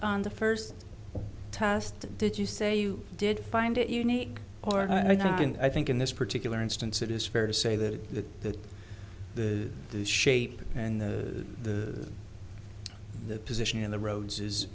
on the first task did you say you did find it unique or i didn't i think in this particular instance it is fair to say that the that the shape and the the the position in the roads is